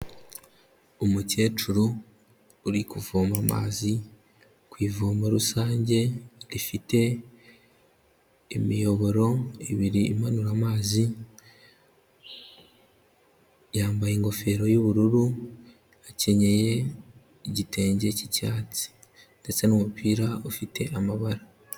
Umukecuru uri kuvoma amazi ku ivomo rusange rifite imiyoboro ibiri imanura amazi, yambaye ingofero y'ubururu, akenyeye igitenge cy'icyatsi ndetse n'umupira ufite amabara.